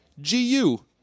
G-U